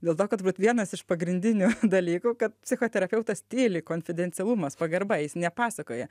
dėl to kad turbūt vienas iš pagrindinių dalykų kad psichoterapeutas tyli konfidencialumas pagarba jis nepasakoja